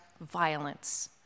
violence